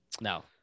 No